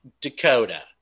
Dakota